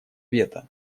вето